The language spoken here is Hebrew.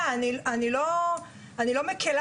אני לא מקלה